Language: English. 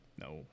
No